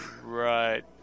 Right